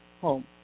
home